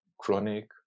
chronic